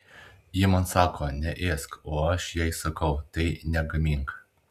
ji man sako neėsk o aš jai sakau tai negamink